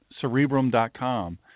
Cerebrum.com